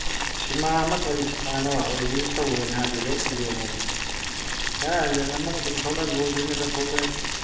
ꯁꯤꯃꯥ ꯑꯃ ꯀꯔꯤ ꯁꯤꯃꯥꯅꯣ ꯔꯤꯂꯤꯁ ꯇꯧꯋꯦꯅ ꯑꯗꯨꯗ ꯌꯦꯡꯉꯨꯕꯅꯤ ꯈꯔ ꯌꯦꯡꯉꯝꯃꯒ ꯑꯗꯨꯝ ꯊꯣꯛꯂꯛꯑꯦ ꯂꯣꯏꯗ꯭ꯔꯤꯉꯩꯗ ꯊꯣꯛꯂꯛꯑꯦꯗ